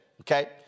Okay